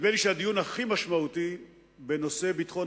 נדמה לי שהדיון הכי משמעותי בנושא ביטחון